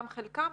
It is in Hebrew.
חלקם